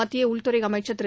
மத்திய உள்துறை அமைச்சர் திரு